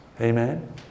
Amen